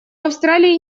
австралии